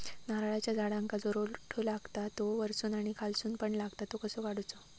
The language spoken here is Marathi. नारळाच्या झाडांका जो रोटो लागता तो वर्सून आणि खालसून पण लागता तो कसो काडूचो?